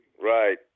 Right